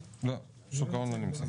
לא, שוק ההון לא נמצאים.